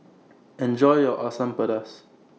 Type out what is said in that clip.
Enjoy your Asam Pedas